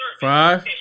Five